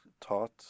taught